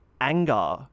anger